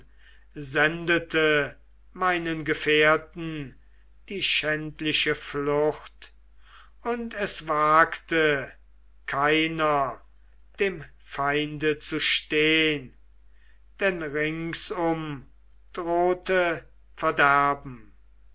sendete meinen gefährten die schändliche flucht und es wagte keiner dem feinde zu stehn denn ringsum drohte verderben